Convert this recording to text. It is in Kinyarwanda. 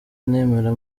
nemera